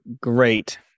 great